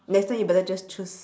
that's why you better just choose